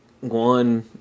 One